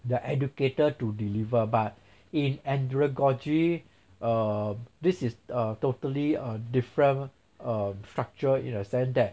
the educator to deliver but in andragogy err this is a totally different err structure in a sense that